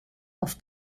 auf